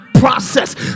process